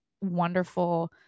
wonderful